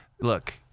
look